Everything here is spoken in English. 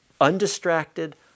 undistracted